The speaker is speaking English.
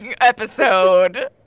episode